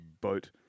boat